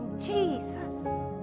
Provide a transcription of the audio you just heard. Jesus